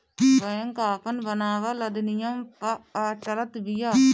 bank आपन बनावल अधिनियम पअ चलत बिया